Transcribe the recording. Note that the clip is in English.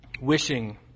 wishing